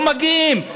ברור, לא מגיעים.